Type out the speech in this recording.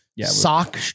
sock